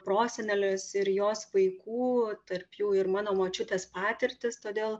prosenelės ir jos vaikų tarp jų ir mano močiutės patirtis todėl